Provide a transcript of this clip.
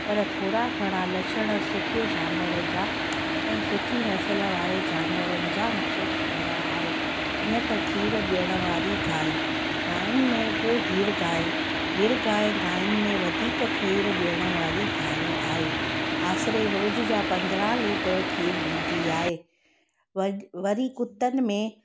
पर थोरा घणा लक्षण सुठे जानवर जा ऐं सुठी नसल वारे जनवरनि जा मूंखे ख़बरु आहे ईअं त खीरु ॾियण वारी गांइ गांयुनि में बि गिर गाय गिर गांइ गांयुनि में वधीक खीरु ॾियण वारी गांइ आहे आसिरे रोज़ु जा पंदरहां लीटर खीरु ॾींदी आहे व वरी कुतनि में